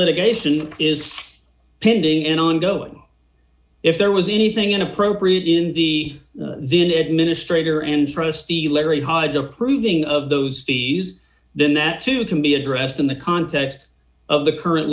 litigation is pending and ongoing if there was anything inappropriate in the the administrator and trustee larry hyde's approving of those fees then that too can be addressed in the context of the current